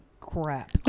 crap